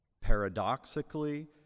paradoxically